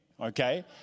okay